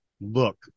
look